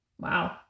Wow